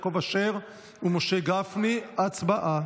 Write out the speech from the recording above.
לוועדת הכלכלה נתקבלה.